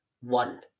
one